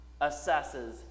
assesses